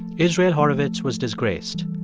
israel horovitz was disgraced,